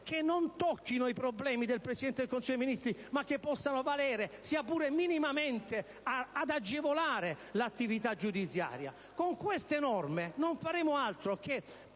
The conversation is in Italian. che non tocchino i problemi del Presidente del Consiglio dei ministri, ma che possano valere, sia pure in minima misura, ad agevolare l'attività giudiziaria? Con queste norme non faremo altro che